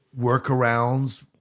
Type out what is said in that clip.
workarounds